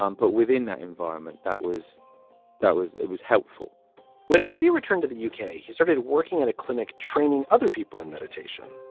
um but within that environment, that was that was it was helpful when andy returned to the uk, he started working at a clinic training other people in meditation.